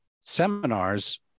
seminars